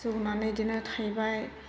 जौनानै बेदिनो थायबाय